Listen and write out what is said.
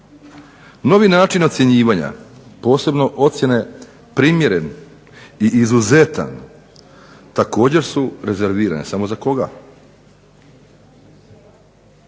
Novi način ocjenjivanja posebno ocjene primjeren i izuzetan također su rezervirane samo za koga.